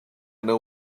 know